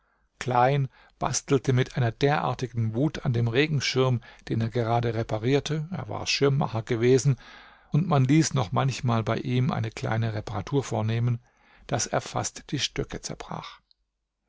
klein bastelte mit einer derartigen wut an dem regenschirm den er gerade reparierte er war schirmmacher gewesen und man ließ noch manchmal bei ihm eine kleine reparatur vornehmen daß er fast die stöcke zerbrach